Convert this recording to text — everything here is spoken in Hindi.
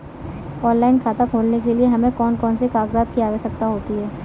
ऑनलाइन खाता खोलने के लिए हमें कौन कौन से कागजात की आवश्यकता होती है?